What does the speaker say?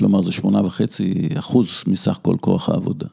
כלומר זה שמונה וחצי אחוז מסך כל כוח העבודה.